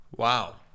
Wow